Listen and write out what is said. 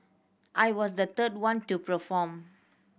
I was the third one to perform